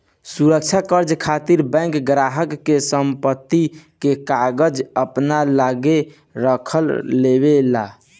सुरक्षा कर्जा खातिर बैंक ग्राहक के संपत्ति के कागज अपना लगे रख लेवे ला